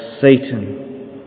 Satan